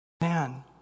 man